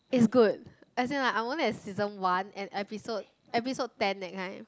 it's good as in like i'm only at season one and episode episode ten that kind